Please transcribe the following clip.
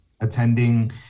attending